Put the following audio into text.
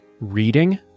reading